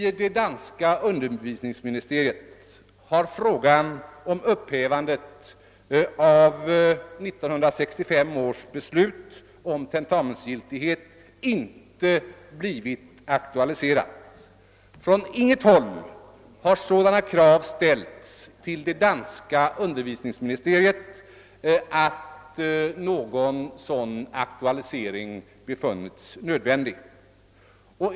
I det danska undervisningsministeriet har frågan om upphävande av 1965 års beslut om tentamensgiltighet inte blivit aktualiserad. Från inget håll har sådana krav framförts till det danska undervisningsministeriet att någon sådan aktualisering befunnits nödvändig.